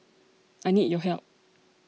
I need your help